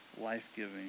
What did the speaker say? life-giving